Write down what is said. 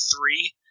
three